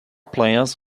players